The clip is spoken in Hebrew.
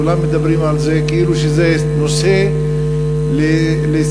כולם מדברים על זה כאילו שזה נושא לשיחות